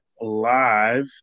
live